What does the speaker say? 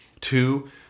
Two